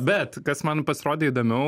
bet kas man pasirodė įdomiau